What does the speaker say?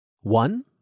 One